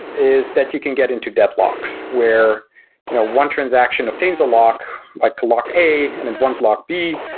is that you can get into death locks, where you know one transaction obtains a lock, like lock a, and then one is lock b,